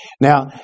Now